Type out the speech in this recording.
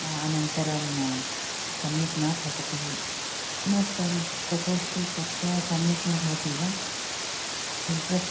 अनन्तरं सम्यक् न पठति किमर्थं प्रकोष्ठे कक्ष्या सम्यक् न भवति वा इण्ट्रेस्ट्